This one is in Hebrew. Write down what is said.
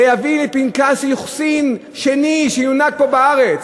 זה יביא לפנקס ייחוסים שני שיונהג פה בארץ,